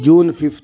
June fifth